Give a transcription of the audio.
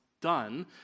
done